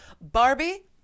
Barbie